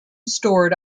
stored